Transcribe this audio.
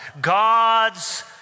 God's